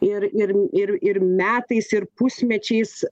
ir ir ir ir metais ir pusmečiais